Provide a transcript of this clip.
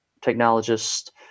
technologists